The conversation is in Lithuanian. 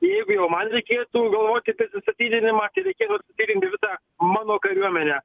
jeigu jau man reikėtų galvot apie atstatydinimą tai reikėtų atstatydinti visą mano kariuomenę